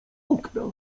okna